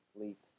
leap